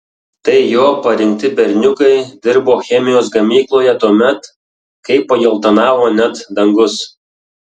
tai jo parinkti berniukai dirbo chemijos gamykloje tuomet kai pageltonavo net dangus